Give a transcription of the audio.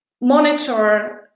monitor